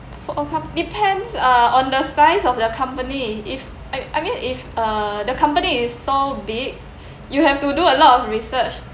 for a cou~ depends uh on the size of your company if I mean if the company is so big you have to do a lot of research